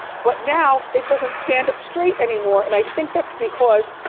but now, it doesn't stand up straight anymore and i think that's because